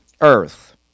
earth